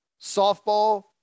Softball